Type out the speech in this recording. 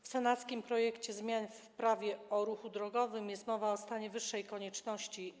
W senackim projekcie zmian w Prawie o ruchu drogowym jest mowa o stanie wyższej konieczności.